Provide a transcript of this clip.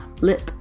lip